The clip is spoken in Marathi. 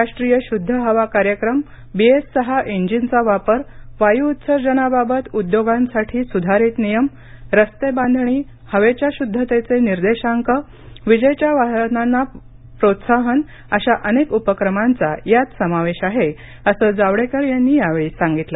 राष्ट्रीय शुद्ध हवा कार्यक्रम बीएस सहा इंधनाचा वापर वायू उत्सर्जना बाबत उद्योगांसाठी सुधारीत नियम रस्ते बांधणी हवेच्या शुद्धतेचे निर्देशांक विजेवरील वाहनाच्या वापराला प्रोत्साहन अशा अनेक उपक्रमांचा यात समावेश आहे असं जावडेकर यांनी यावेळी सांगितलं